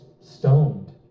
stoned